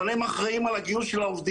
אבל הם אחראיים על הגיוס של העובדים,